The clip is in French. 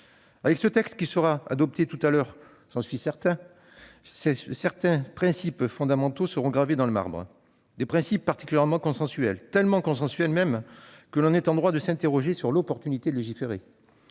Avec ce texte qui sera adopté tout à l'heure- j'en suis sûr -, certains principes fondamentaux seront gravés dans le marbre. Des principes particulièrement consensuels, tellement consensuels même que l'on est en droit de s'interroger sur l'opportunité de légiférer.